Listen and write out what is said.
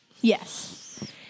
Yes